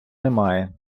немає